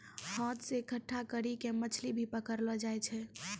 हाथ से इकट्ठा करी के मछली भी पकड़लो जाय छै